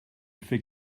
fait